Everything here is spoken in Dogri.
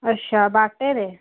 अच्छा बाटर